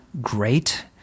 great